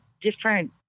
different